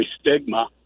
stigma